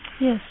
Yes